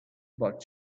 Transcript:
but